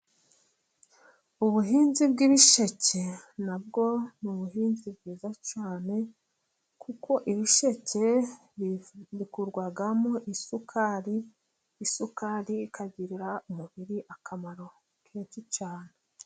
Ubuhinzi bw'ibisheke na bwo ni ubuhinzi bwiza cyane, kuko ibisheke bikorwamo isukari. Isukari ikagirira umubiri akamaro kenshi cyane.